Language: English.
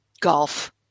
Golf